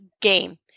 game